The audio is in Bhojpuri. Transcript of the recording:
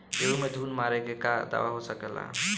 गेहूँ में घुन मारे के का दवा हो सकेला?